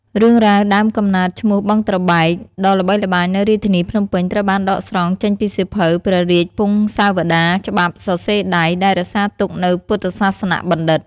រឿងរ៉ាវដើមកំណើតឈ្មោះ "បឹងត្របែក" ដ៏ល្បីល្បាញនៅរាជធានីភ្នំពេញ ត្រូវបានដកស្រង់ចេញពីសៀវភៅ ព្រះរាជពង្សាវតារច្បាប់សរសេរដៃ ដែលរក្សាទុកនៅពុទ្ធសាសនបណ្ឌិត្យ។